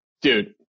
Dude